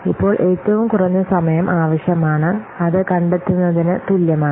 ഇപ്പോൾ ഏറ്റവും കുറഞ്ഞ സമയം ആവശ്യമാണ് അത് കണ്ടെത്തുന്നതിന് തുല്യമാണ്